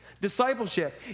Discipleship